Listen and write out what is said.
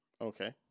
okay